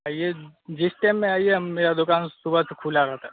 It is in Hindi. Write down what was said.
आइए जिस टाइम में आइए मेरा दुकान सुबह से खुला रहता है